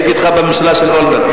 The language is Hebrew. הייתי אתך בממשלה של אולמרט.